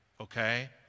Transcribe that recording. okay